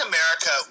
America